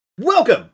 Welcome